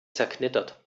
zerknittert